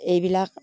এইবিলাক